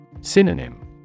Synonym